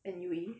and U_E